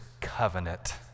covenant